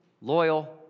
loyal